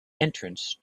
entrance